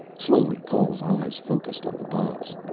slowly, cole's eyes focussed on the box.